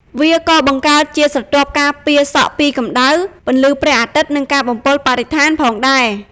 វាក៏បង្កើតជាស្រទាប់ការពារសក់ពីកម្ដៅ ពន្លឺព្រះអាទិត្យ និងការបំពុលបរិស្ថានផងដែរ។